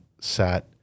sat